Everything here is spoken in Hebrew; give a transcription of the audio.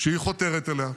שהיא חותרת אליה,